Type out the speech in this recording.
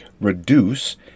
reduce